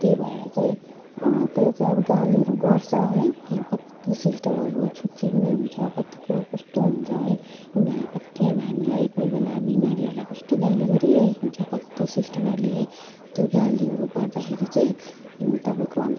त्यही भएर चाहिँ त्यहाँ चाहिँ अब गालीहरू गर्छ है अब कति सिस्टरहरू छुच्ची पनि हुन्छ कति कस्तो हुन्छ है उनीहरूले कति अब हामीलाई कोहीबेला बिमारीहरूलाई कस्तो गाली गरिरहेको हुन्छ कति सिस्टरहरूले है त्यो गालीहरू गर्दाखेरि चाहिँ तपाईँको